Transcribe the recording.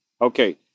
Okay